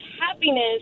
happiness